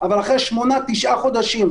תומר חברה ממשלתית בע"מ,